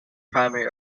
primary